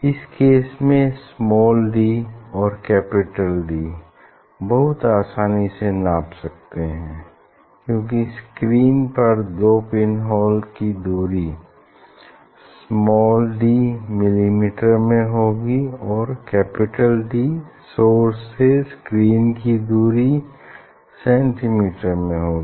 इस केस में small D और कैपिटल डी बहुत आसानी से नाप सकते हैं क्यूंकि स्क्रीन पर दो पिन होल की दूरी स्माल डी मिलीमीटर में होगी और कैपिटल डी सोर्स से स्क्रीन की दूरी सेंटीमीटर में होगी